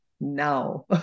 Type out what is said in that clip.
now